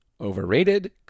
Overrated